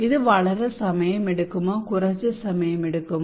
ഇത് വളരെ സമയമെടുക്കുമോ കുറച്ച് സമയമെടുക്കുമോ